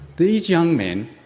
these young men,